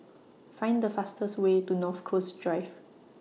Find The fastest Way to North Coast Drive